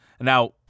Now